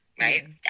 right